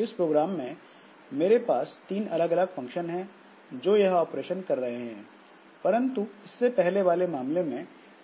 इस प्रोग्राम में मेरे पास तीन अलग अलग फंक्शन है जो यह ऑपरेशन कर रहे हैं परंतु इससे पहले वाले मामले में